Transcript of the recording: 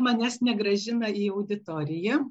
manęs negrąžina į auditoriją